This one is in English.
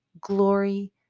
glory